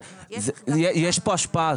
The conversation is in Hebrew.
יש פה השפעה.